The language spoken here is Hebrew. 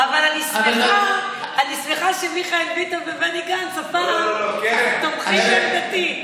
אבל אני שמחה שמיכאל ביטון ובני גנץ הפעם תומכים בעמדתי.